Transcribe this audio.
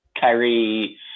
Kyrie